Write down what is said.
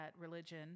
religion